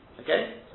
okay